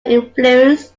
influence